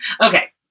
Okay